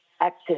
access